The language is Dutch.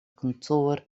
kantoor